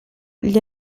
gli